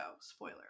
spoiler